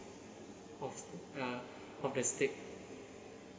of uh of the steak